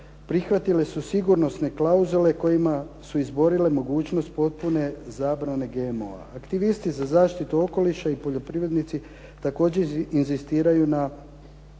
prihvatile su sigurnosne klauzule kojima su izborile mogućnost potpune zabrane GMO-a. Aktivisti za zaštitu okoliša i poljoprivrednici također inzistiraju na